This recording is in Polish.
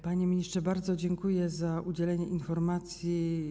Panie ministrze, bardzo dziękuję za udzielenie informacji.